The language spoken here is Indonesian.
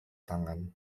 tangan